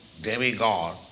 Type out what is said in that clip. demigod